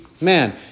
man